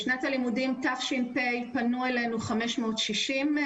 בשנת הלימודים תש"פ פנו אלינו 560 סטודנטים